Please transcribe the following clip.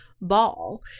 ball